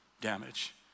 damage